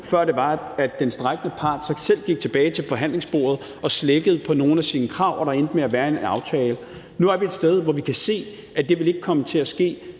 før det var, at den strejkende part selv gik tilbage til forhandlingsbordet og slækkede på nogle af sine krav og det endte med en aftale. Nu er vi et sted, hvor vi kan se, at det ikke vil komme til at ske.